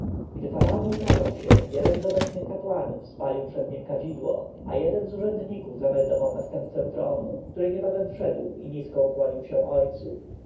gdy faraon ukazał się jeden z obecnych kapłanów spalił przed nim kadzidło a jeden z urzędników zameldował następcę tronu który niebawem wszedł i nisko ukłonił się ojcu